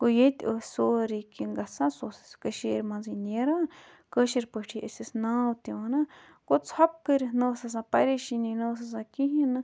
گوٚو ییٚتہِ اوس سورُے کیٚنٛہہ گژھان سُہ اوس اسہِ کٔشیٖرِ منٛزٕے نیران کٲشِرۍ پٲٹھی ٲسۍ أسۍ ناو تہِ وَنان گوٚو ژھۄپہٕ کٔرِتھ نَہ ٲس آسان پریشٲنی نَہ ٲس آسان کِہیٖنۍ نہٕ